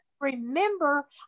remember